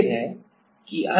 खेद है तो कि अंतराल d है